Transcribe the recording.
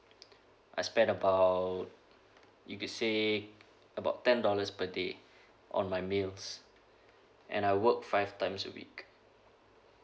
I spend about you could say about ten dollars per day on my meals and I work five times a week